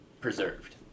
preserved